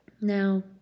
Now